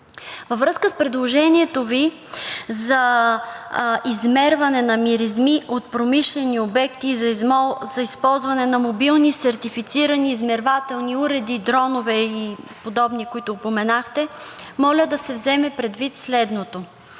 Във връзка с предложението Ви за измерване на миризми от промишлени обекти, за използване на мобилни сертифицирани измервателни уреди, дронове и подобни, които упоменахте, моля да се вземе предвид следното: